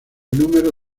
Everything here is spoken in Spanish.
número